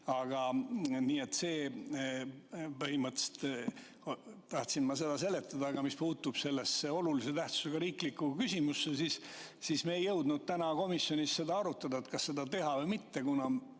direktiivis oli. Põhimõtteliselt tahtsin ma seda seletada. Aga mis puutub sellesse olulise tähtsusega riiklikku küsimusse, siis me ei jõudnud täna komisjonis arutada, kas seda teha või mitte, kuna